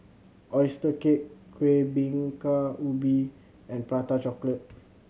oyster cake Kueh Bingka Ubi and Prata Chocolate